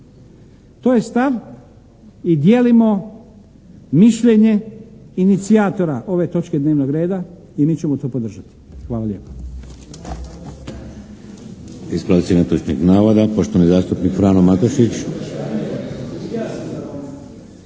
To je stav i dijelimo mišljenje inicijatora ove točke dnevnog reda i mi ćemo to podržati. Hvala lijepa.